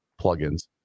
plugins